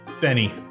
Benny